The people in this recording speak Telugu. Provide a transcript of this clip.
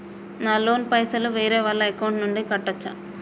నా లోన్ పైసలు వేరే వాళ్ల అకౌంట్ నుండి కట్టచ్చా?